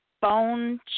bone